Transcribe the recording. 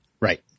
right